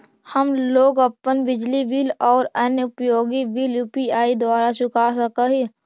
हम लोग अपन बिजली बिल और अन्य उपयोगि बिल यू.पी.आई द्वारा चुका सक ही